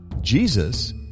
Jesus